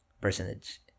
percentage